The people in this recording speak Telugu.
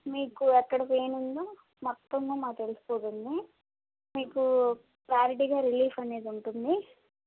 మీకు ఎక్కడ పెయిన్ ఉందో మొత్తం మాకు తెలిసిపోతుంది మీకు క్వాలిటీగా రిలీఫ్ అనేది ఉంటుంది